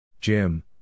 Jim